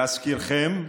להזכירכם,